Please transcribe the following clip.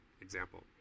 example